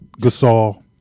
Gasol